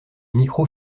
micros